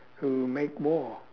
who make war